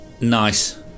Nice